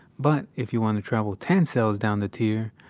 but, if you want to travel ten cells down the tier,